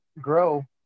grow